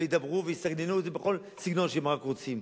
וידברו ויסגננו את זה בכל סגנון שהם רק רוצים.